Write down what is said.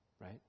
right